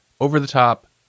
over-the-top